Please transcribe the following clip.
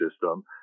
system